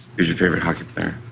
who's your favorite hockey player?